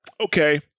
okay